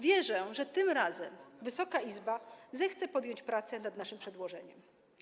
Wierzę, że tym razem Wysoka Izba zechce podjąć pracę nad naszym przedłożeniem.